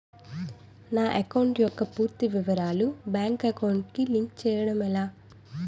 నా అకౌంట్ యెక్క పూర్తి వివరాలు బ్యాంక్ అకౌంట్ కి లింక్ చేయడం ఎలా?